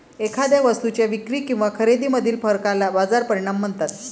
एखाद्या वस्तूच्या विक्री किंवा खरेदीमधील फरकाला बाजार परिणाम म्हणतात